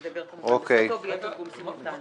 הוא ידבר כמובן בשפתו ויהיה תרגום סימולטני.